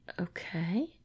Okay